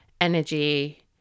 energy